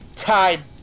tied